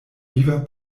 viva